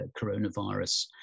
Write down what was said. coronavirus